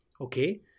okay